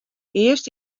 earst